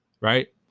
Right